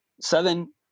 seven